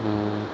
हूंह